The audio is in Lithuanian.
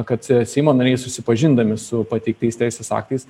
kad seimo nariai susipažindami su pateiktais teisės aktais